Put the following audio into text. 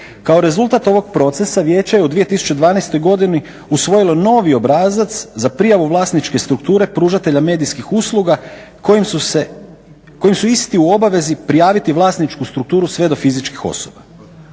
kao rezultat ovog procesa vijeće je u 2012.godini usvojilo novi obrazac za prijavu vlasničke strukture, pružatelja medijskih usluga kojim su isti u obavezi prijaviti vlasničku strukturu sve do fizičkih osoba.